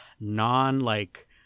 non-like